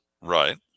right